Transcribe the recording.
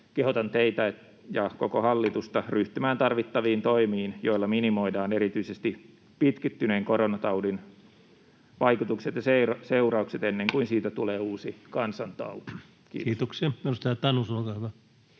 Kehotan teitä ja koko hallitusta ryhtymään tarvittaviin toimiin, joilla minimoidaan erityisesti pitkittyneen koronataudin vaikutukset ja seuraukset ennen kuin siitä tulee uusi kansantauti. — Kiitos. Kiitoksia. — Edustaja Tanus, olkaa hyvä.